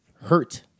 hurt